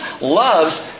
loves